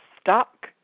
stuck